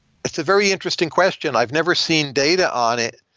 it's a very interesting question. i've never seen data on it.